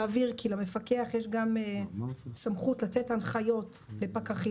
להבהיר כי למפקח יש גם סמכות לתת הנחיות לפקחים